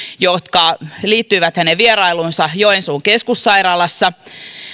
jotka liittyivät hänen vierailuunsa joensuun keskussairaalassa